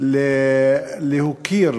להוקיר